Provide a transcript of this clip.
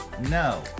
no